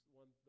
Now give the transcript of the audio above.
one